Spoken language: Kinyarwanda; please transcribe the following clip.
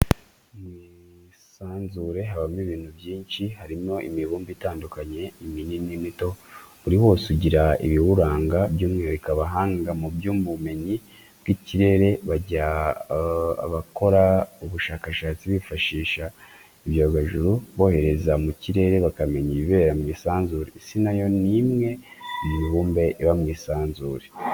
Mu isanzure habamo ibintu byinshi harimo imibumbe itandukanye iminini n'imito, buri wose ugira ibiwuranga, by'umwihariko abahanga mu by'ubumenyi bw'ikirere bajya abakora ubushakashatsi bifashishije ibyogajuru, bohereza mu kirere bakamenya ibibera mu isanzure, isi na yo ni umwe mu mibumbe iba mu isanzure.